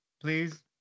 please